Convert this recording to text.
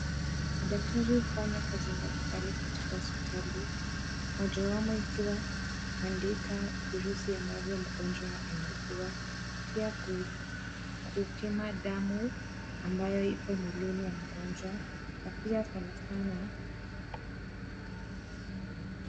Madaktari hufanya kazi mbali mbali katika hosipitali mojawamo ikiwa kuandika virusi ambavyo mgonjwa anaugua, pia kupima damu ambayo iko mwili ya mgonjwa na pia sana sana